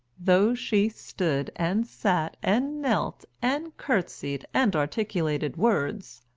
though she stood, and sat, and knelt, and curtseyed, and articulated words,